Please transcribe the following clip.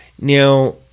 Now